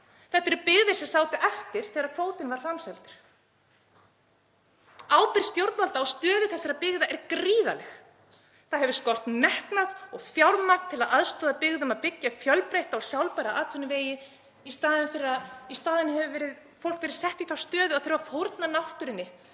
Þetta eru byggðir sem sátu eftir þegar kvótinn var framseldur. Ábyrgð stjórnvalda á stöðu þessara byggða er gríðarleg. Það hefur skort metnað og fjármagn til að aðstoða byggðir við að byggja upp fjölbreytta og sjálfbæra atvinnuvegi. Í staðinn hefur fólk verið sett í þá stöðu að þurfa að fórna náttúrunni